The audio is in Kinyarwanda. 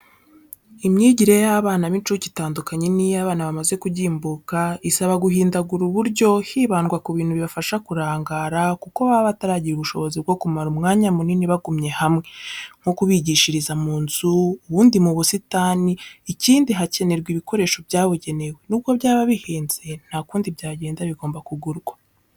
Imyigire y'abana b'incuke iba itandukanye n'iy'abana bamaze kugimbuka, isaba guhindagura uburyo, hibandwa ku bintu bibafasha kurangara kuko baba bataragira ubushobozi bwo kumara umwanya munini bagumye hamwe, nko kubishiriza mu nzu, ubundi mu busitani, ikindi hakenerwa ibikoresho byabugenewe, n'ubwo byaba bihenze nta kundi byagenda bigomba kugurwa.